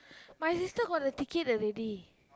my sister got the ticket already